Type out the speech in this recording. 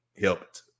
helped